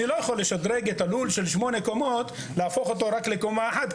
אני לא יכול לשדרג לול של שמונה קומות ולהפוך אותו לקומה אחת,